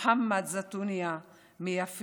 מוחמד זתונה מיפיע,